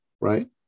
right